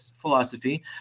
Philosophy